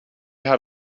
had